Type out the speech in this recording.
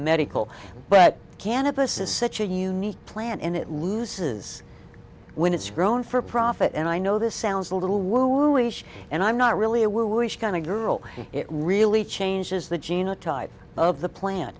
medical but cannabis is such a unique plant and it loses when it's grown for profit and i know this sounds a little woo ish and i'm not really a will wish kind of girl it really changes the gina type of the plant